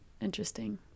interesting